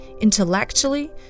intellectually